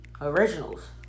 originals